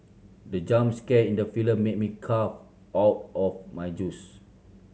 the jump scare in the film made me cough out of my juice